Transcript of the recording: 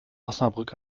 osnabrück